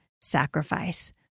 sacrifice